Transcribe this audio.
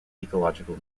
ecological